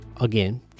again